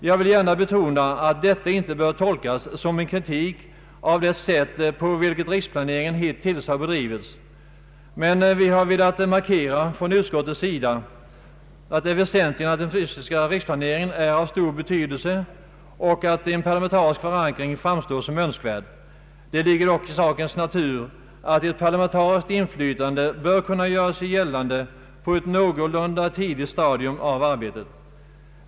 Jag vill gärna betona att detta inte bör tolkas som en kritik av det sätt på vilket riksplaneringen hittills bedrivits. Vad vi har velat markera från utskottets sida är väsentligen att den fysiska riksplaneringen är av stor betydelse och att en parlamentarisk förankring framstår som önskvärd. Det ligger i sakens natur att ett parla mentariskt inflytande bör kunna göra sig gällande på ett någorlunda tidigt stadium av arbetet.